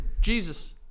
Jesus